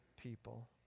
people